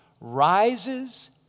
rises